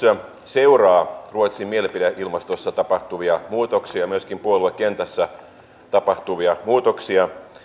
seuraa ruotsin mielipideilmastossa tapahtuvia muutoksia myöskin puoluekentässä tapahtuvia muutoksia